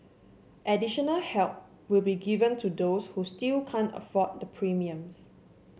additional help will be given to those who still can't afford the premiums